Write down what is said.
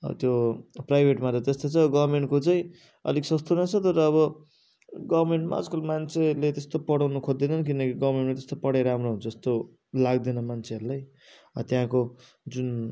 त्यो प्राइभेटमा त त्यस्तो छ गभर्मेन्ट चाहिँ अलिक सस्तो रहेछ तर अब गभर्मेन्ट आज कल मान्छेले त्यस्तो पढाउन खोज्दैनन् किनकि गभर्मेन्टमा त्यस्तो पढाइ राम्रो हुन्छ जस्तो लाग्दैन मान्छेहरूलाई त्यहाँको जुन